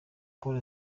pole